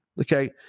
Okay